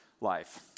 life